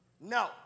No